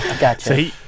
Gotcha